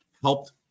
helped